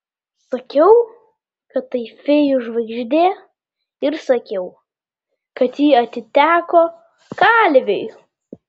sakiau kad tai fėjų žvaigždė ir sakiau kad ji atiteko kalviui